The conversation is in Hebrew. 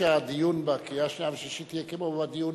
אני חושב שהדיון בקריאה השנייה והשלישית יהיה כמו הדיון